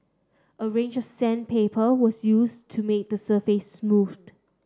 a range of sandpaper was used to make the surface